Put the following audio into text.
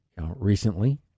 recently